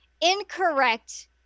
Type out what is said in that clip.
incorrect